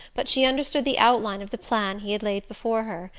but she understood the outline of the plan he had laid before her,